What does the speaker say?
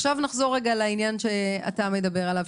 נחזור לעניין שאתה מדבר עליו,